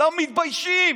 לא מתביישים.